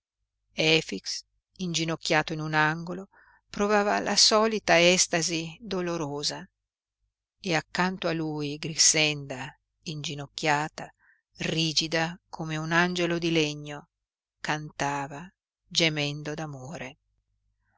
efix inginocchiato in un angolo provava la solita estasi dolorosa e accanto a lui grixenda inginocchiata rigida come un angelo di legno cantava gemendo